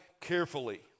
carefully